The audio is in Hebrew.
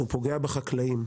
הוא פוגע בחקלאים.